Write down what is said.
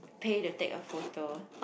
pay to take a photo